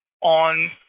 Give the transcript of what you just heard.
on